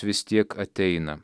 vis tiek ateina